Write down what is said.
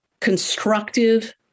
constructive